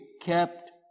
kept